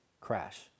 crash